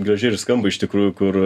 gražiai ir skamba iš tikrųjų kur